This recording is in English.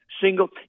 single –